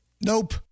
Nope